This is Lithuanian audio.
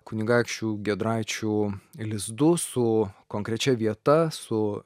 kunigaikščių giedraičių lizdu su konkrečia vieta su